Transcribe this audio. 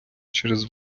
через